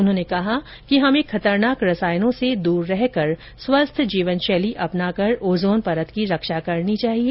उन्होंने कहा कि हमें खतरनाक रसायनों से दूर रहकर स्वस्थ जीवन शैली अपनाकर ओजोन परत की रक्षा करनी चाहिए